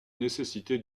nécessité